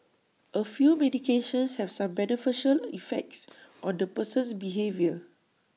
A few medications have some beneficial effects on the person's behaviour